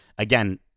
Again